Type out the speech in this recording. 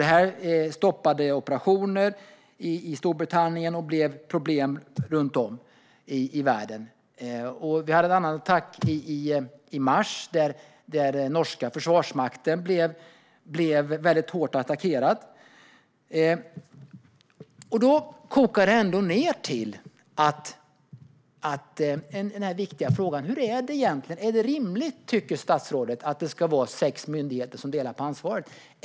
Detta stoppade operationer i Storbritannien och skapade problem runt om i världen. I mars blev även den norska försvarsmakten hårt attackerad. Tycker statsrådet att det är rimligt att sex myndigheter delar på ansvaret?